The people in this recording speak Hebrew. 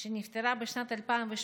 שנפטרה בשנת 2018,